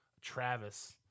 Travis